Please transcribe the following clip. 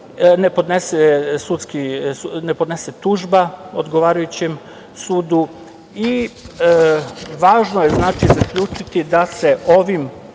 ne podnese tužba odgovarajućem sudu. Važno je zaključiti da se ovim